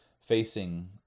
facing